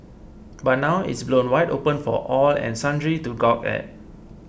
but now it's blown wide open for all and sundry to gawk at